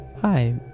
hi